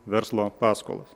verslo paskolas